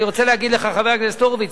חבר הכנסת הורוביץ,